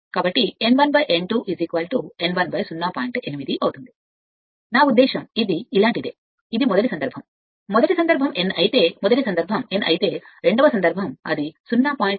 8 అవుతుంది నా ఉద్దేశ్యం ఇది ఇలాంటిదే ఇది మొదటి సందర్భం మొదటి సందర్భం n అయితే మొదటి సందర్భం n అయితే రెండవ సందర్భం అది 0